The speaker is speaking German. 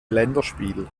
länderspiel